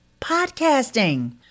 podcasting